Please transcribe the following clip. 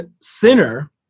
sinner